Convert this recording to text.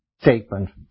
statement